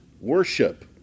worship